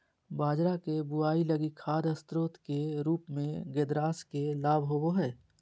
बाजरा के बुआई लगी खाद स्रोत के रूप में ग्रेदास के लाभ होबो हइ